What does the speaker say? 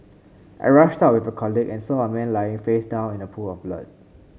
I rushed out with a colleague and saw a man lying face down in a pool of blood